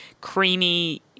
creamy